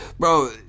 Bro